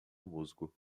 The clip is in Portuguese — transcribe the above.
musgo